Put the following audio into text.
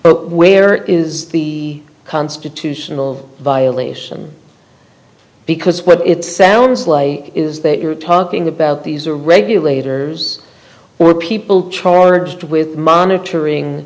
understanding where is the constitutional violation because what it sounds like is that you're talking about these are regulators or people charged with monitoring